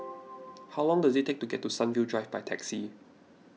how long does it take to get to Sunview Drive by taxi